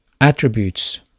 attributes